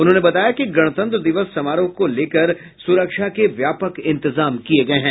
उन्होंने बताया कि गणतंत्र दिवस समारोह को लेकर सुरक्षा के व्यापक इंतजाम किये गये हैं